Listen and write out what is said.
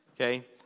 Okay